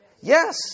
Yes